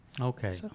okay